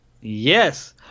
Yes